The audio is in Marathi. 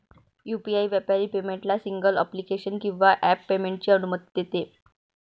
यू.पी.आई व्यापारी पेमेंटला सिंगल ॲप्लिकेशन किंवा ॲप पेमेंटची अनुमती देते